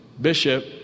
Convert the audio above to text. Bishop